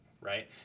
right